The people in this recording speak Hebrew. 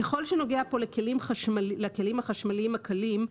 ככל שנוגע כאן לכלים החשמליים הקלים,